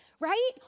right